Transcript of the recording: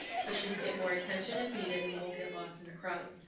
so she can get more attention if needed, and won't get lost in a crowd.